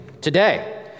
today